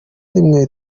rimwe